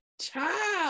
child